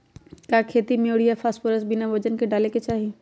का खेती में यूरिया फास्फोरस बिना वजन के न डाले के चाहि?